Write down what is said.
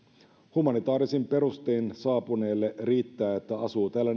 humanitaarisin perustein saapuneelle riittää että asuu täällä